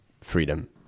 freedom